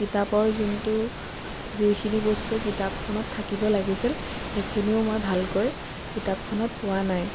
কিতাপৰ যোনটো যিখিনি বস্তু কিতাপখনত থাকিব লাগিছিল সেইখিনিও মই ভালকৈ কিতাপখনত পোৱা নাই